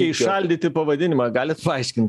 įšaldyti pavadinimą galit paaiškint